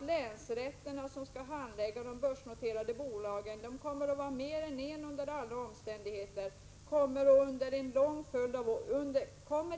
Länsrätterna som skall handlägga de börsnoterade bolagen — och det kommer att vara mer än en — kommer